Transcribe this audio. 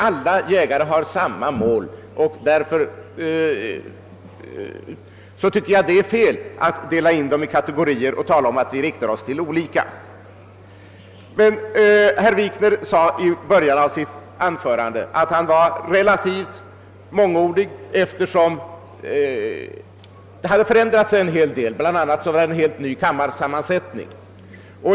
Alla jägare har samma mål, och därför tycker jag det är fel att dela in dem i kategorier och tala om att vi vänder oss till olika grupper. I början av sitt anförande sade herr Wikner, att han var relativt mångordig, eftersom en hel del hade förändrats — bl.a. hade kammaren fått en ny sammansättning.